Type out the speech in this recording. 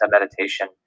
meditation